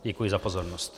Děkuji za pozornost.